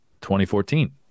2014